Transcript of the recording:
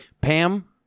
Pam